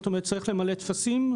צריך למלא טפסים,